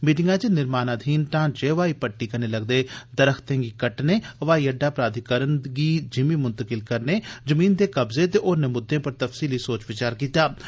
meeting च निर्माणाधीन ढांचे हवाई पट्टी कन्नै लगदे दरख्तें गी कटट्ने हवाई अड्डा प्राधिकरन गी जिमी म्तकिल करने जमीन दे कब्जे ते होरने मुद्दें पर तफसीली सोच विचार कीता गेया